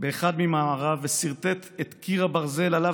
באחד ממאמריו וסרטט את קיר הברזל שעליו